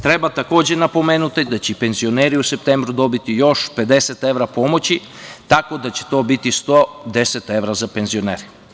Treba takođe napomenuti da će penzioneri u septembru dobiti još 50 evra pomoći, tako da će to biti 110 evra za penzionere.